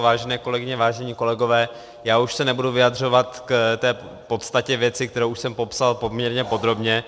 Vážené kolegyně, vážení kolegové, já už se nebudu vyjadřovat k podstatě věci, kterou už jsem popsal poměrně podrobně.